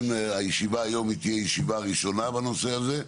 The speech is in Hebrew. הישיבה היום היא תהיה ישיבה ראשונה בנושא הזה,